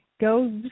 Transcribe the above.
Go